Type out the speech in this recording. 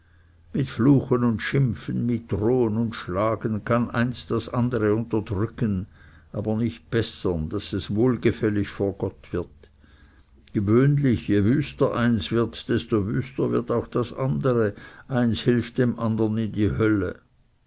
mit fluchen und schimpfen mit drohen und schlagen kann eins das andere unterdrücken aber nicht bessern daß es wohlgefällig vor gott wird gewöhnlich je wüster eins wird desto wüster wird auch das andere eins hilft dem andern in die hölle